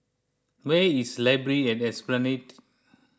where is Library at Esplanade